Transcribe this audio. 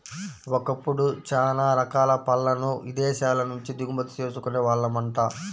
ఒకప్పుడు చానా రకాల పళ్ళను ఇదేశాల నుంచే దిగుమతి చేసుకునే వాళ్ళమంట